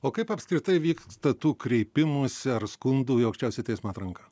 o kaip apskritai vyksta tų kreipimųsi ar skundų į aukščiausią teismą atranka